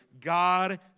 God